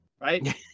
Right